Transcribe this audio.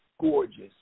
gorgeous